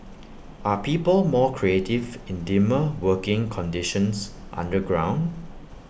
are people more creative in dimmer working conditions underground